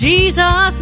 Jesus